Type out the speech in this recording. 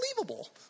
unbelievable